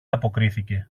αποκρίθηκε